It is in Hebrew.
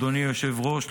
אדוני היושב-ראש,